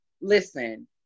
listen